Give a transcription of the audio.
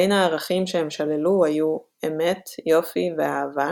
בין הערכים שהם שללו היו אמת, יופי ואהבה,